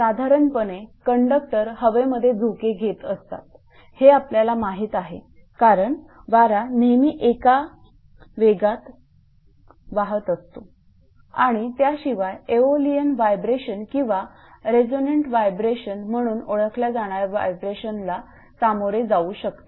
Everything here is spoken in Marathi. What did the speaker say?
साधारणपणे कंडक्टर हवेमध्ये झोके घेत असतात हे आपल्याला माहित आहे कारण वारा नेहमी काही वेगात वाहत असतो आणि त्याशिवाय एओलियन व्हायब्रेशन किंवा रेझोनंट व्हायब्रेशन म्हणून ओळखल्या जाणाऱ्या व्हायब्रेशनला सामोरे जाऊ शकते